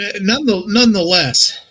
nonetheless